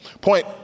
Point